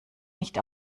nicht